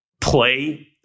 play